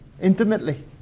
intimately